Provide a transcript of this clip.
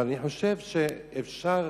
אבל אני חושב שאפשר,